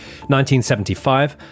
1975